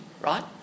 right